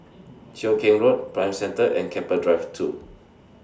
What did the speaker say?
Cheow Keng Road Prime Centre and Keppel Drive two